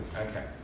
Okay